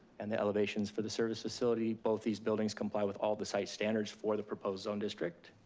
and the elevations for the service facility. both these buildings comply with all the site standards for the proposed zone district,